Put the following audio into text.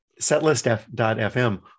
setlist.fm